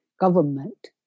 government